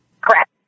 Correct